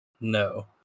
No